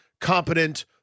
competent